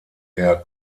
der